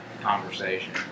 conversation